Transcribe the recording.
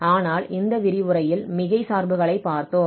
ஆனால் இந்த விரிவுரையில் மிகை சார்புகளைப் பார்த்தோம்